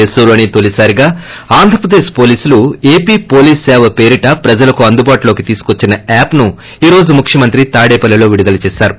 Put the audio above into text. దేశంలోసే తొలిసారిగా ఆంధ్రప్రదేశ్ వోలీసులు AP police సేవ పేరిట ప్రజలకు అందుబాటులోకె తీసుకొచ్చిన యాప్ ను ఈ రోజు ముఖ్యమంత్రి తాడేపల్లిలో విడుదల చేసారు